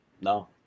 no